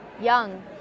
young